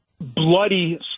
bloody